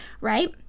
right